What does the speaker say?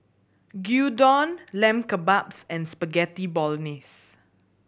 Gyudon Lamb Kebabs and Spaghetti Bolognese